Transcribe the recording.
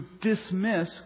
dismiss